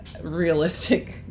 realistic